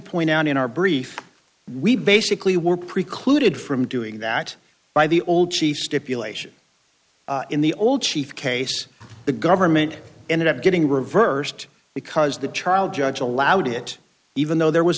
point out in our brief we basically were precluded from doing that by the old chief stipulation in the old chief case the government ended up getting reversed because the child judge allowed it even though there was